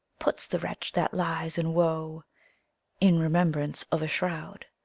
puts the wretch that lies in woe in remembrance of a shroud.